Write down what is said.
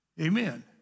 Amen